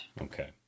Okay